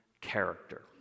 character